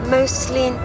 Mostly